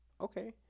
okay